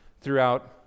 throughout